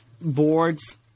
boards